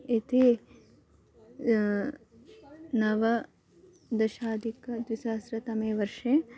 एते नव दशाधिकद्विसहस्रतमे वर्षे